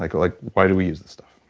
like like why do we use that stuff?